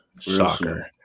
soccer